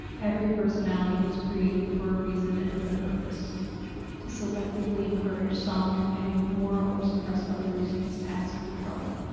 every personality was created for a reason and with a purpose to selectively encourage some and ignore or suppress others is to ask for trouble.